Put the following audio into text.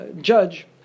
judge